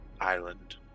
island